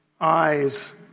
eyes